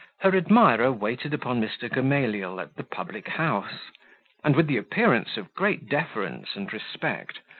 her admirer waited upon mr. gamaliel at the public-house, and, with the appearance of great deference and respect,